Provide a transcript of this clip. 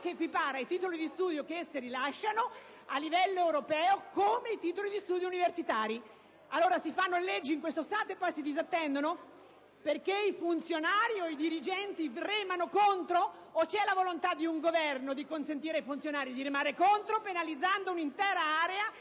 che equipara i titoli di studio che essi rilasciano a livello europeo come titoli di studio universitari. Allora, in questo Stato si fanno leggi che poi si disattendono perché i funzionari o i dirigenti remano contro? O c'è la volontà di un Governo di consentire ai funzionari di remare contro penalizzando un'intera area,